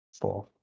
Four